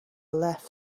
left